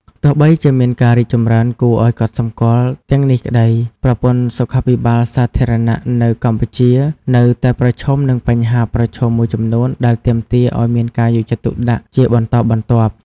ទោះបីជាមានការរីកចម្រើនគួរឱ្យកត់សម្គាល់ទាំងនេះក្ដី ប្រព័ន្ធសុខាភិបាលសាធារណៈនៅកម្ពុជានៅតែប្រឈមនឹងបញ្ហាប្រឈមមួយចំនួនដែលទាមទារឱ្យមានការយកចិត្តទុកដាក់ជាបន្តបន្ទាប់។